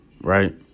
right